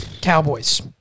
cowboys